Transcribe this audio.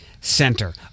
center